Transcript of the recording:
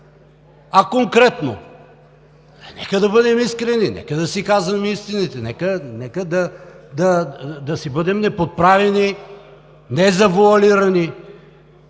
а конкретно. Нека да бъдем искрени, нека да си казваме истините, нека да си бъдем неподправени, незавоалирани.